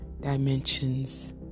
dimensions